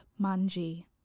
Manji